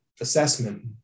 assessment